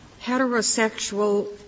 heterosexual